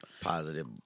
Positive